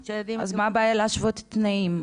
אז מה הבעיה להשוות תנאים?